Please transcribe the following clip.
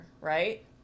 right